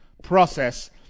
process